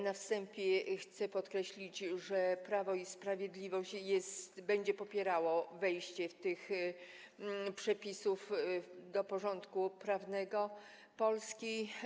Na wstępie chcę podkreślić, że Prawo i Sprawiedliwość będzie popierało wejście tych przepisów do porządku prawnego Polski.